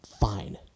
fine